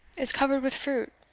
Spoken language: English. is covered with fruit,